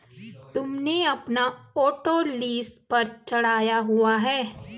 तुमने अपना auto lease पर चढ़ाया हुआ है?